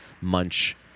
munch